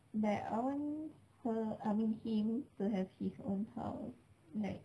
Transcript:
like I want her I mean him to have his own house like